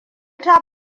ta